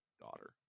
daughter